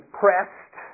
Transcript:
pressed